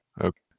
Okay